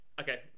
okay